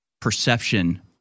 perception